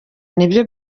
nibyo